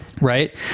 Right